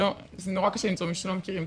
זה נורא קשה למצוא מישהו שלא מכירים,